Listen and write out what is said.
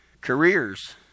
Careers